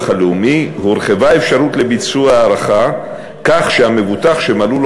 הלאומי הורחבה האפשרות לביצוע ההערכה כך שמבוטח שמלאו לו